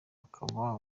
akaba